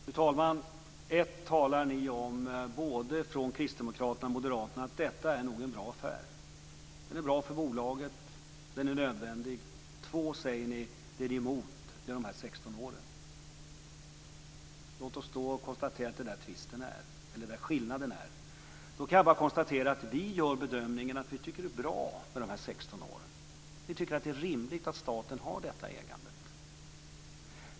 Fru talman! För det första talar ni, både kristdemokrater och moderater, om att detta nog är en bra affär, att den är bra för bolaget och att den är nödvändig. För det andra säger ni att det som ni är emot är de 16 åren. Det är däri skillnaden ligger. Då kan jag bara konstatera att vi gör bedömningen att det är bra med de 16 åren. Vi tycker att det är rimligt att staten har detta ägande.